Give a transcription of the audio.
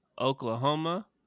Oklahoma